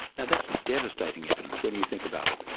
that's devastating evidence when you think about it.